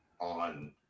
on